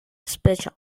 special